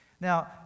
Now